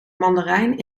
mandarijn